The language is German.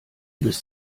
bist